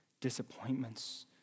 disappointments